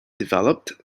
developed